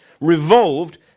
revolved